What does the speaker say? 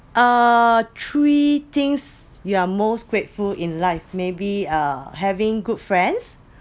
uh three things you’re most grateful in life maybe uh having good friends